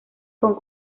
con